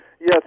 yes